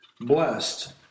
blessed